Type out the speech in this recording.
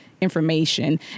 information